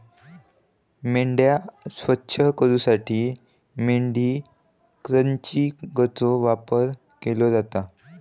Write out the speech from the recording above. मेंढ्या स्वच्छ करूसाठी मेंढी क्रचिंगचो वापर केलो जाता